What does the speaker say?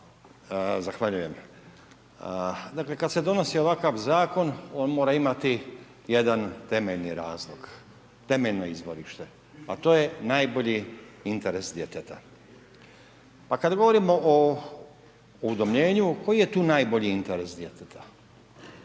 Zahvaljujem. Dakle, kad se donosi ovakav Zakon, on mora imati jedan temeljni razlog, temeljno izvorište, a to je najbolji interes djeteta. Pa kad govorimo o udomljenju, koji je tu najbolji interes djeteta?